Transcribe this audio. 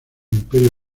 imperio